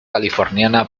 californiana